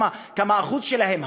מה האחוז שלהם?